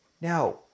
Now